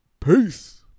peace